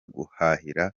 guhahira